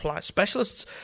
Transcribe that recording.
Specialists